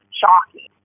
shocking